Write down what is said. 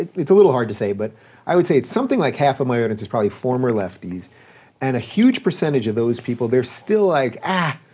it's a little hard to say, but i would say it's something like half of my audience is probably former lefties and a huge percentage of those people, they're still like, ah,